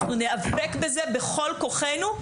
אנחנו נאבק בזה בכל כוחנו,